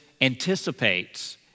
anticipates